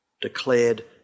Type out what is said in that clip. declared